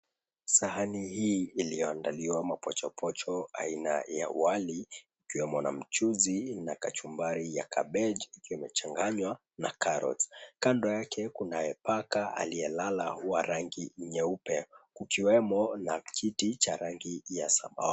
Sahani hii iliyoandaliwa mapochopocho aina ya wali, ikiwemo na mchuzi na kachumbari ya kabeji kimechanganywa na carrots . Kando yake kunaye paka aliyelala wa rangi nyeupe kukiwemo na kiti cha rangi ya samawati.